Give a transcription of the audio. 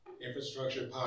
Infrastructure